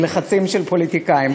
מלחצים של פוליטיקאים,